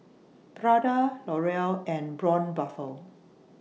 Prada L'Oreal and Braun Buffel